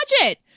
budget